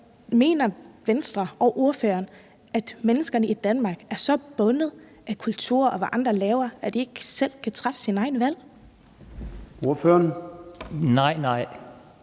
Mener Venstre og ordføreren, at borgerne i Danmark er så bundet af kultur og af, hvad andre laver, at de ikke selv kan træffe deres egne valg? Kl. 14:13 Formanden